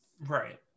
right